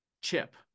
chip